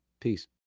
Peace